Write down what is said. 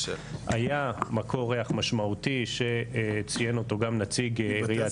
היה מקור ריח משמעותי שציין אותו גם נציג עיריית